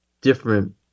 different